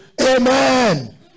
amen